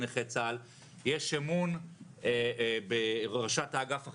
נכי צה"ל יש אמון בראשת האגף החדשה,